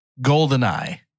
Goldeneye